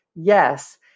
Yes